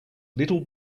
little